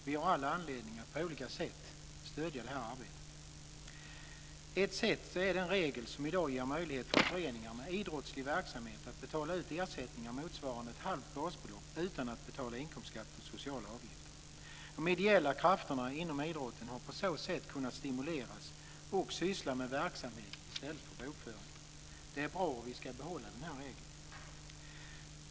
Vi har all anledning att på olika sätt stödja detta arbete. Ett sätt är den regel som i dag ger möjlighet för föreningar med idrottslig verksamhet att betala ut ersättningar motsvarande ett halvt basbelopp utan att betala inkomstskatt och sociala avgifter. De ideella krafterna inom idrotten har på så sätt kunnat stimuleras och syssla med verksamhet i stället för bokföring. Det är bra, och vi ska behålla denna regel.